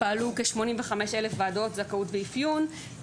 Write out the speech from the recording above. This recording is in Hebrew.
פעלו כ-85 אלף ועדות זכאות ואפיון,